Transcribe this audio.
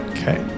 Okay